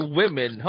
women